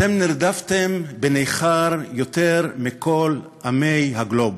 אתם נרדפתם בנכר יותר מכל עמי הגלובוס,